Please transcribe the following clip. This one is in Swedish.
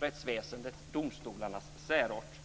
rättsväsendets, domstolarnas, särart.